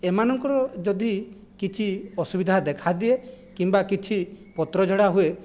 ଏମାନଙ୍କର ଯଦି କିଛି ଅସୁବିଧା ଦେଖା ଦିଏ କିମ୍ବା କିଛି ପତ୍ର ଝଡ଼ା ହୁଏ